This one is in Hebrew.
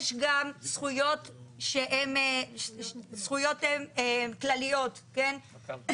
יש גם זכויות שהן זכויות כלליות, כן?